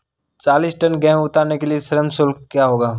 चालीस टन गेहूँ उतारने के लिए श्रम शुल्क क्या होगा?